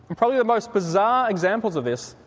probably the most bizarre examples of this,